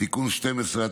(תיקון 12),